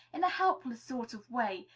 in a helpless sort of way,